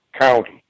county